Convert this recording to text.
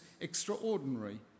extraordinary